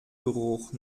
geruch